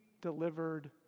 delivered